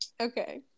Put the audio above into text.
okay